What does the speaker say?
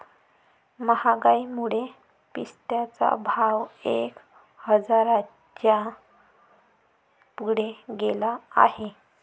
महागाईमुळे पिस्त्याचा भाव एक हजाराच्या पुढे गेला आहे